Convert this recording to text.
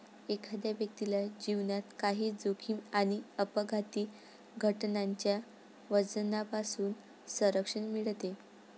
एखाद्या व्यक्तीला जीवनात काही जोखीम आणि अपघाती घटनांच्या वजनापासून संरक्षण मिळते